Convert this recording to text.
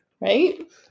Right